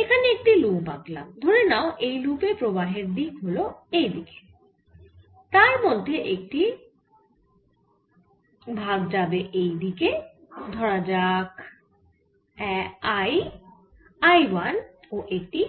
এখানে একটি লুপ আঁকলাম ধরে নাও এই লুপে প্রবাহের দিক হল এই দিকে তার মধ্যে একটি ভাগ যাবে এই দিকে ধরা যাক I I1 ও এটি